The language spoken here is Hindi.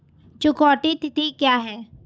चुकौती तिथि क्या है?